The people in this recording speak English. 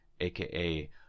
aka